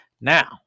Now